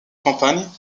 campagne